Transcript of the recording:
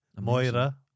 Moira